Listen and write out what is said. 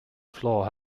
floor